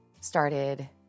started